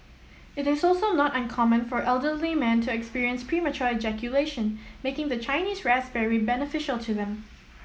it is also not uncommon for elderly men to experience premature ejaculation making the Chinese raspberry beneficial to them